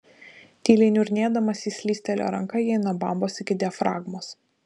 tyliai niurnėdamas jis slystelėjo ranka jai nuo bambos iki diafragmos